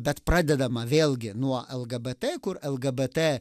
bet pradedama vėlgi nuo lgbt kur lgbt